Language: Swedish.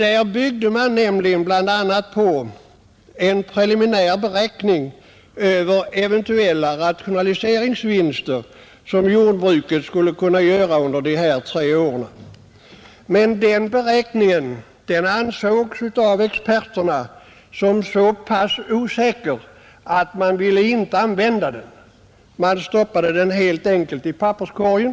Därvid byggde man bl, a. på en preliminär beräkning av eventuella rationaliseringsvinster som jordbruket skulle kunna göra under de aktuella tre åren. Men denna beräkning ansågs av experterna så pass osäker att man inte ville använda den. Man stoppade den helt enkelt i papperskorgen.